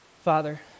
Father